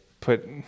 put